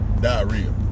diarrhea